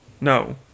No